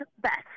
best